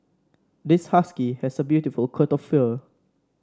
this husky has a beautiful coat of fur